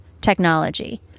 technology